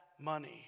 money